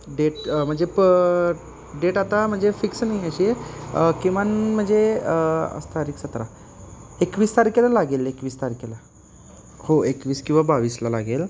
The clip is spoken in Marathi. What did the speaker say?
डेट म्हणजे प डेट आता म्हणजे फिक्स नाही अशी किमान म्हणजे आज तारीख सतरा एकवीस तारखेला लागेल एकवीस तारखेला हो एकवीस किंवा बावीसला लागेल